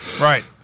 Right